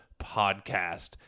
podcast